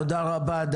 תודה רבה.